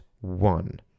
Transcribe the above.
one